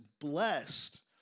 blessed